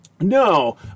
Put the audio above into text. No